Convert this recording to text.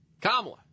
Kamala